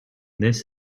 this